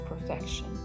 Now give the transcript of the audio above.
perfection